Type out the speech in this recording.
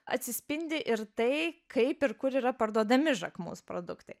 atsispindi ir tai kaip ir kur yra parduodami jacquemus produktai